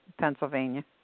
Pennsylvania